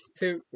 two